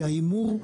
כי ההימור,